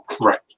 Right